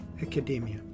academia